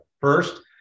First